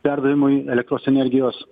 perdavimui elektros energijos